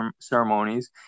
ceremonies